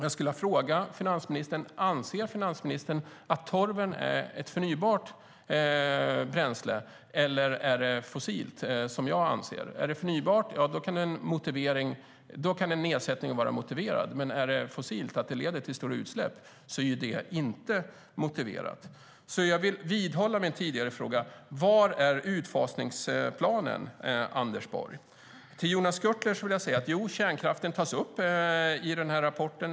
Jag vill fråga finansministern: Anser finansministern att torv är ett förnybart bränsle, eller är det fossilt, vilket jag anser? Är torv förnybart kan en nedsättning vara motiverad, är torv fossilt och leder till större utsläpp är det inte motiverat. Jag vidhåller min tidigare fråga: Var är utfasningsplanen, Anders Borg? Till Jonas Jacobsson Gjörtler vill jag säga: Jo, kärnkraften tas upp i rapporten.